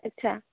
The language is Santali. ᱟᱪᱪᱷᱟ